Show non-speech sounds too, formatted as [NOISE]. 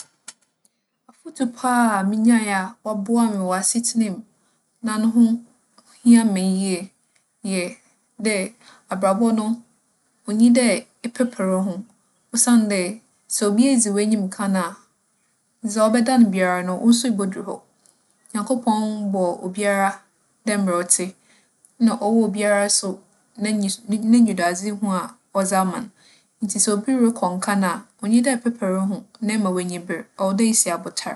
[NOISE] Afotu pa a minyae a ͻboaa me wͻ asetsena mu, na no ho hia me yie yɛ dɛ, abrabͻ no, onnyi dɛ eperper woho. Osiandɛ, sɛ obi edzi w'enyim kan a, dza ͻbɛdan biara no wo so ibodur hͻ. Nyankopͻn bͻͻ obiara dɛ mbrɛ ͻtse, nna ͻwͻ obiara so n'eyiso - n'e - n'enyidoadzehu a ͻdze ama no. Ntsi sɛ obi rokͻ nkan a, onnyi dɛ eperper woho na ema w'enyi ber. ͻwͻ dɛ isi abotar.